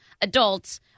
adults